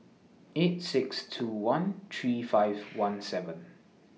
eight six two one three five one seven